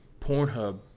Pornhub